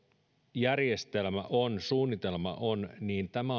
järjestelmä suunnitelma on tämä